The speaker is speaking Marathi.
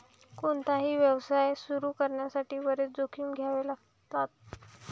कोणताही व्यवसाय सुरू करण्यासाठी बरेच जोखीम घ्यावे लागतात